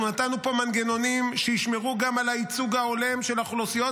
אנחנו נתנו פה מנגנונים שישמרו גם על הייצוג ההולם של האוכלוסיות.